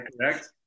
Correct